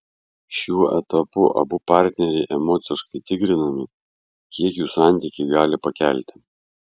šiuo etapu abu partneriai emociškai tikrinami kiek jų santykiai gali pakelti